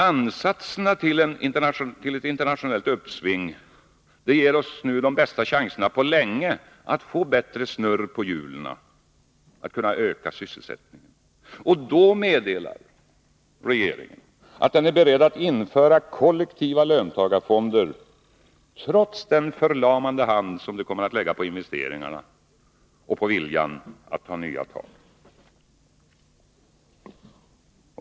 Ansatserna till ett internationellt uppsving ger oss nu de bästa chanserna på länge att få bättre snurr på hjulen och att öka sysselsättningen. Då meddelar regeringen att den är beredd att införa kollektiva löntagarfonder, trots den förlamande hand som det kommer att lägga på investeringarna och på viljan att ta nya tag.